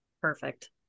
Perfect